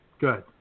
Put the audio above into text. Good